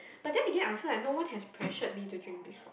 but then Again I feel like no one has pressured me to drink before